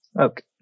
Okay